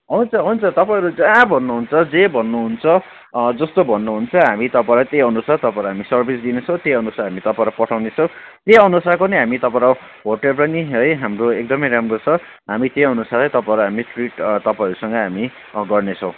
हुन्छ हुन्छ तपाईँहरू जहाँ भन्नुहुन्छ जे भन्नुहुन्छ जस्तो भन्नुहुन्छ हामी तपाईँलाई त्यही अनुसार हामी तपाईँहरूलाई हामी सर्भिस दिनेछौँ त्यही अनुसार तपाईँलाई पठाउनेछौँ त्यही अनुसारको नै हामी तपाईँलाई होटल पनि है हाम्रो एकदमै राम्रो छ हामी त्यही अनुसारै तपाईँहरूलाई हामी ट्रिट तपाईँहरूसँग हामी गर्नेछौँ